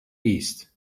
east